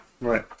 Right